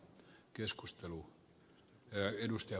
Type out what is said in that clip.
arvoisa puhemies